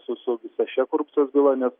su su visa šia korupcijos byla nes